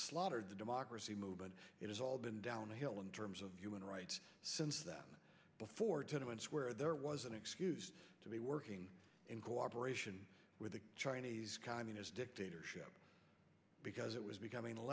slaughtered the democracy movement it has all been downhill in terms of human rights since that before tournaments where there was an excuse to be working in cooperation with the chinese communist dictatorship because it was becoming